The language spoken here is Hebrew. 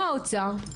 בא האוצר,